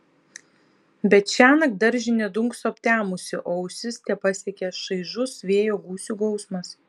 bet šiąnakt daržinė dunkso aptemusi o ausis tepasiekia šaižus vėjo gūsių gausmas